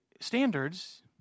standards